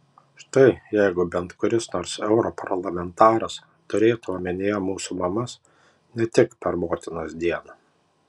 štai jeigu bent kuris nors europarlamentaras turėtų omenyje mūsų mamas ne tik per motinos dieną